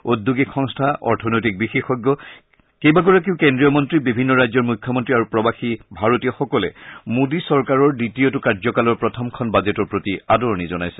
উদ্যোগিক সংস্থা অৰ্থনৈতিক বিশেষজ্ঞ কেইবাগৰাকীও কেন্দ্ৰীয় মন্ত্ৰী বিভিন্ন ৰাজ্যৰ মুখ্যমন্ত্ৰী আৰু প্ৰবাসী ভাৰতীয়সকলে মোডী চৰকাৰৰ দ্বিতীয়টো কাৰ্যকালৰ প্ৰথমখন বাজেটৰ প্ৰতি আদৰণি জনাইছে